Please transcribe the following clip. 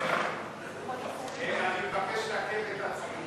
התשע"ה 2015,